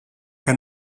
que